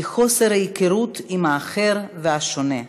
הוא חוסר היכרות עם האחר והשונה.